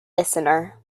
listener